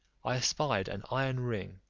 i espied an iron ring,